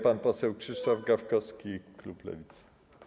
Pan poseł Krzysztof Gawkowski, klub Lewicy.